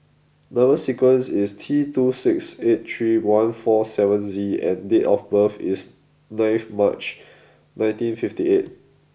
number sequence is T two six eight three one four seven Z and date of birth is ninth March nineteen fifty eight